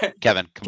Kevin